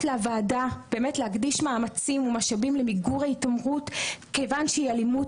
לוועדה להקדיש מאמצים ומשאבים למיגור ההתעמרות כיוון שהיא אלימות,